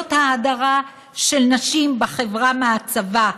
ניסיונות ההדרה של נשים בחברה מהצבא,